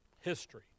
History